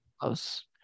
Close